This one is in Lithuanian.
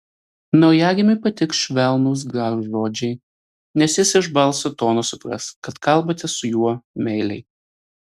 naujagimiui patiks švelnūs gražūs žodžiai nes jis iš balso tono supras kad kalbate su juo meiliai